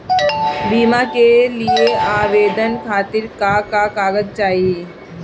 बीमा के लिए आवेदन खातिर का का कागज चाहि?